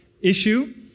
issue